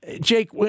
Jake